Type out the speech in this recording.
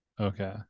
Okay